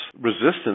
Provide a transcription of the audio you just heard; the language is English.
resistance